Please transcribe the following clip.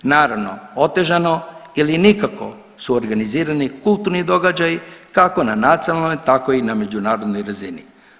Naravno otežano ili nikako su organizirani kulturni događaji kako na nacionalnoj tako i na međunarodnoj razini.